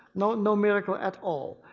no no miracle at all.